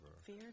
Fear